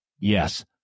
Yes